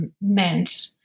meant